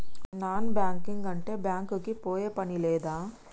Non banking అంటే bank కి పోయే పని లేదా?